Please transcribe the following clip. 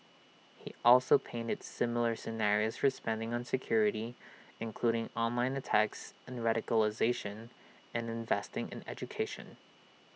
he also painted similar scenarios for spending on security including online attacks and radicalisation and investing in education